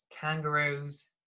Kangaroos